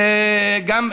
גם,